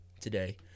today